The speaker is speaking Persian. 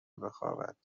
بخوابد